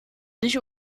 nicht